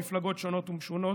במפלגות שונות ומשונות,